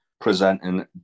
presenting